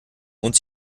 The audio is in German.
und